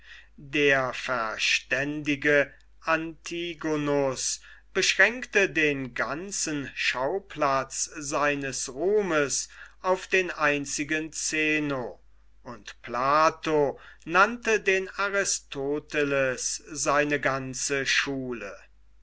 der verständige antigonus beschränkte den ganzen schauplatz seines ruhmes auf den einzigen zeno und plato nannte den aristoteles seine ganze schule